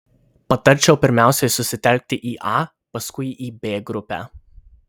patarčiau pirmiausia susitelkti į a paskui į b grupę